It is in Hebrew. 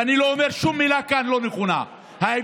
ואני לא אומר שום מילה לא נכונה כאן.